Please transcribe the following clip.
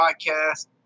podcast